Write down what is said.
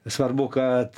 svarbu kad